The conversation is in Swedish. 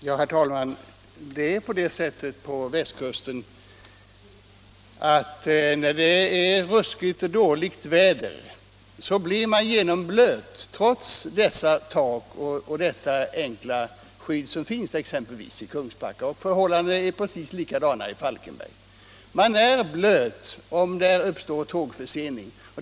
Herr talman! Det är på det sättet på västkusten att när det är ruskigt och dåligt väder så blir man genomblöt trots dessa tak och detta enkla skydd som finns exempelvis i Kungsbacka. Förhållandena är precis likadana i Falkenberg. Man blir blöt om det uppstår tågförsening.